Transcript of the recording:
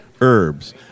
herbs